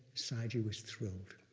sayagyi was thrilled.